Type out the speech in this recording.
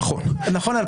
נכון ל-2020.